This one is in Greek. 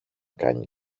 κάνει